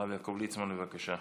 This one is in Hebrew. הרב יעקב ליצמן, בבקשה,